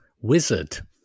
wizard